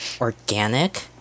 organic